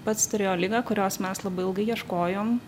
pats turėjo ligą kurios mes labai ilgai ieškojom